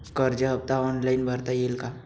कर्ज हफ्ता ऑनलाईन भरता येईल का?